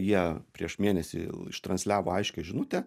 jie prieš mėnesį iš transliavo aiškią žinutę